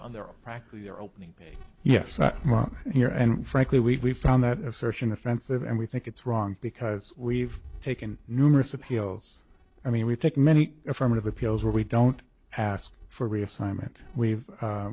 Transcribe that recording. on their own practically their opening yes well here and frankly we've we've found that assertion offensive and we think it's wrong because we've taken numerous appeals i mean we think many affirmative appeals where we don't ask for reassignment we've